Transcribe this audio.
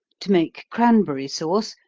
to make cranberry sauce,